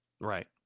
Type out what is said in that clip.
Right